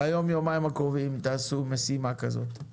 ביום, יומיים הקרובים תעשו משימה כזאת.